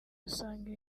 usanga